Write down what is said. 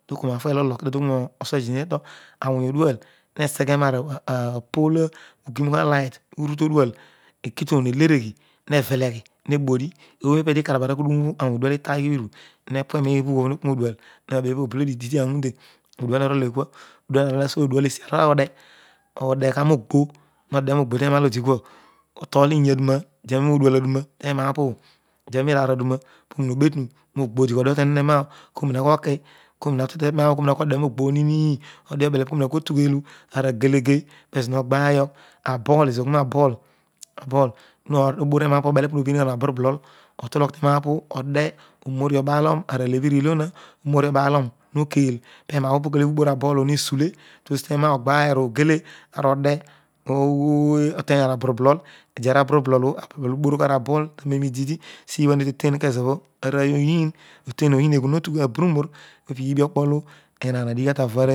Kokoo nafuel torana oon asene nator awong odual nesay we papolo ogumogh aligent larg to dual ekton ekuto eleveghel have leghi hagsoni kedio bodi karach aghudan obho ensong odual hagho iru he bue meshalky obo, hepue roo dual belodio didiobh go lifiute odual oko dio kila odeal terugho frode odegha roogbo vederagb teroals dikua otol you durma edeanien odual aduna terma opobles edilen ovear owu da dighobetumi diglo detonon eroa, koti mg koki oramako dermogbobho odeobele komi hatodughele aragelege mezo nogbaayogh, aball, abol ode oba alion nokeel pepa opokole bho uooosl a ball otho mesule tuesi terra egloayogh ogele sapa ode idiara ourubolo obho ursoro arabol aroero ididi sno ha tueten kezobho erory. Engli hoteli oyrún oghino tu oten oyiin oghunstw kabinzipoor isha piibi okpolo fhgan adighigha tallorony olo.